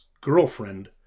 girlfriend